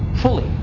fully